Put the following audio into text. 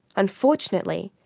unfortunately,